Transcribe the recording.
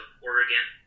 Oregon